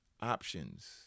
options